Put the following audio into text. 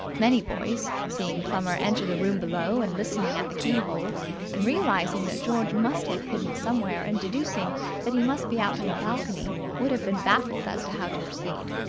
many boys, seeing plummer enter the room below and listening at the keyhole and realizing that george must have hidden somewhere and deducing that he must be out on the balcony, would have been baffled as to how to proceed.